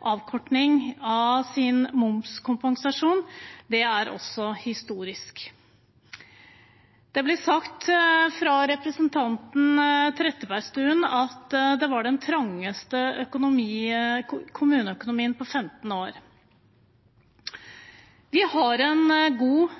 avkorting av sin momskompensasjon. Det er også historisk. Det ble sagt av representanten Trettebergstuen at det var den trangeste kommuneøkonomien på 15 år. Vi har en god